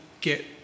get